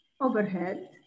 overhead